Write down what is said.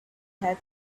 had